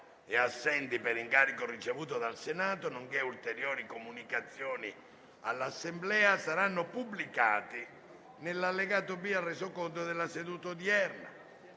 e assenti per incarico ricevuto dal Senato, nonché ulteriori comunicazioni all'Assemblea saranno pubblicati nell'allegato B al Resoconto della seduta odierna.